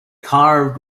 carved